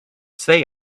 say